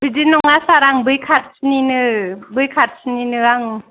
बिदि नङा सार आं बै खाथिनिनो बै खाथिनिनो आं